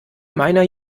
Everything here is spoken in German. meiner